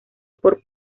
por